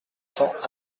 cents